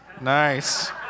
Nice